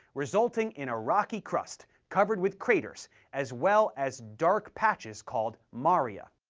resulting in a rocky crust, covered with craters as well as dark patches called maria.